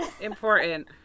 important